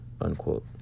unquote